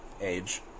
age